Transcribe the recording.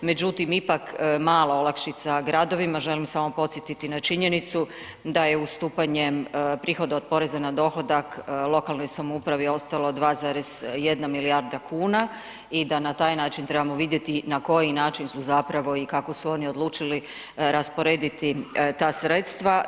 Međutim, ipak malo olakšica gradovima, želim samo podsjetiti na činjenicu da je ustupanjem prihoda od poreza na dohodak, lokalnoj samoupravi ostalo 2,1 milijarda kuna i da na taj način trebamo vidjeti na koji način su zapravo i kako su oni odlučili rasporediti ta sredstva.